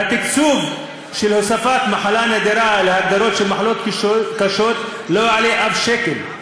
והתקצוב של הוספת "מחלה נדירה" להגדרה של מחלות קשות לא יהיה אף שקל,